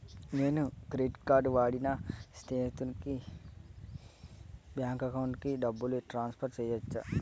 నేను credit card వాడి నా స్నేహితుని బ్యాంక్ అకౌంట్ కి డబ్బును ట్రాన్సఫర్ చేయచ్చా?